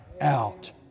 out